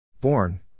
Born